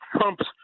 Trump's